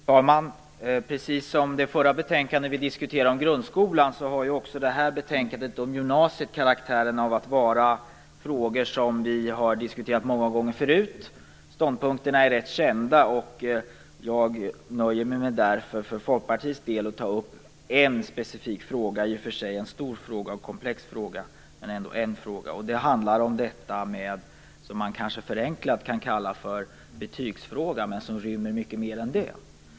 Fru talman! Precis som det förra betänkandet om grundskolan som vi diskuterade har också det här betänkandet om gymnasiet karaktären av att vara frågor som vi har diskuterat många gånger förut. Ståndpunkterna är rätt kända, och jag nöjer mig därför med att för Folkpartiets del ta upp en specifik fråga - i och för sig en stor och komplex sådan. Det handlar om det som man, kanske förenklat, kan kalla för betygsfrågan men som rymmer mycket mer än så.